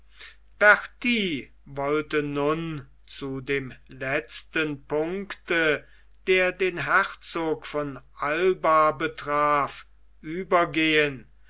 berti wollte nun zu dem letzten punkte der den herzog von alba betraf übergehen